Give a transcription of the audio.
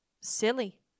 silly